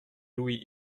louis